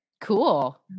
Cool